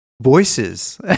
voices